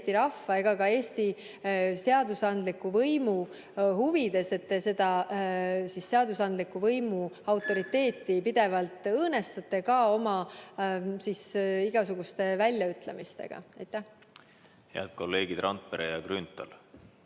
Eesti rahva ega ka Eesti seadusandliku võimu huvides, et te seadusandliku võimu autoriteeti pidevalt õõnestate oma igasuguste väljaütlemistega. Head kolleegid Randpere ja Grünthal!